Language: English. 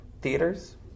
theaters